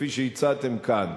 כפי שהצעתם כאן,